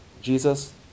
Jesus